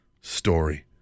story